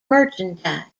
merchandise